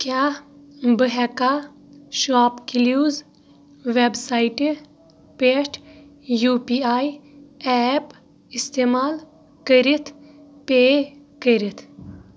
کیٛاہ بہٕ ہٮ۪کا شاپ کٕلیوٗز وٮ۪بسایٹہِ پٮ۪ٹھ یوٗ پی آیی ایپ استعمال کٔرِتھ پے کٔرِتھ